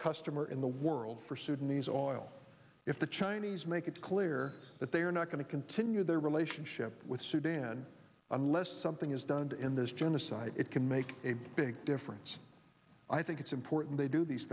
customer in the world for sudanese all if the chinese make it clear that they are not going to continue their relationship with sudan unless something is done and in this genocide it can make a big difference i think it's important they do these